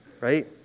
Right